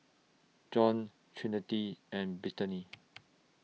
John Trinity and Brittani